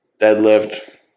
deadlift